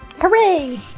Hooray